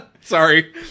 Sorry